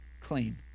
clean